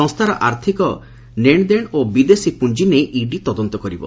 ସଂସ୍ତାର ଆର୍ଥିକ ନେଶଦେଶ ଓ ବିଦେଶୀ ପୁଞ୍ଞି ନେଇ ଇଡି ତଦନ୍ତ କରିବ